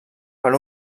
per